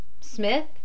Smith